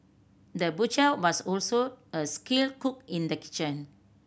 the butcher was also a skilled cook in the kitchen